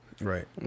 right